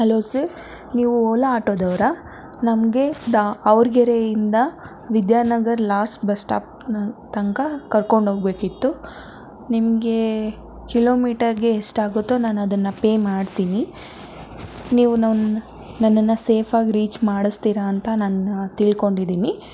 hello sir ನೀವು ಒಲಾ ಆಟೋದವರ ನಮಗೆ ದಾ ಅವರ್ಗೆರೆಯಿಂದ ವಿದ್ಯಾನಗರ ಲಾಸ್ಟ್ ಬಸ್ ಸ್ಟಾಪ್ನ ತನಕ ಕರ್ಕೊಂಡು ಹೋಗ್ಬೇಕಿತ್ತು ನಿಮಗೆ ಕಿಲೋಮೀಟರ್ಗೆ ಎಷ್ಟು ಆಗುತ್ತೋ ನಾನು ಅದನ್ನು ಪೇ ಮಾಡ್ತೀನಿ ನೀವು ನನ್ ನನ್ನನ್ನು ಸೇಫಾಗಿ ರೀಚ್ ಮಾಡಿಸ್ತೀರ ಅಂತ ನಾನು ತಿಳ್ಕೊಂಡಿದ್ದೀನಿ